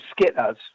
skitters